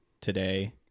today